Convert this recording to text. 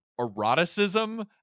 eroticism